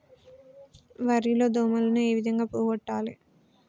వరి లో దోమలని ఏ విధంగా పోగొట్టాలి?